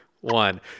one